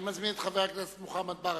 אני מזמין את חבר הכנסת מוחמד ברכה,